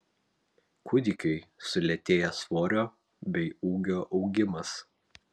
kūdikiui sulėtėja svorio bei ūgio augimas